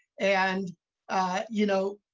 and you know,